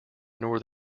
nor